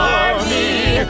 Army